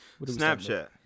snapchat